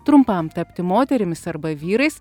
trumpam tapti moterimis arba vyrais